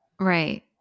Right